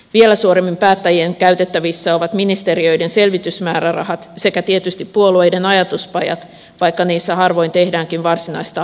vielä suoremmin päättäjien käytettävissä ovat ministeriöiden selvitysmäärärahat sekä tietysti puolueiden ajatuspajat vaikka niissä harvoin tehdäänkään varsinaista akateemista tutkimusta